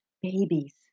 babies